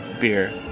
beer